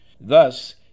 Thus